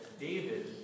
David